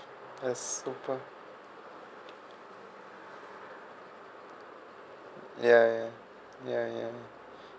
yes super ya ya ya ya